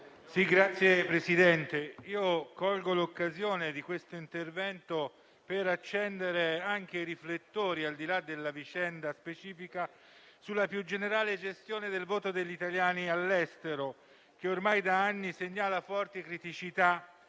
Signor Presidente, colgo l'occasione di questo intervento per accendere i riflettori, al di là della vicenda specifica, sulla più generale gestione del voto degli italiani all'estero, che ormai da anni segnala forti criticità,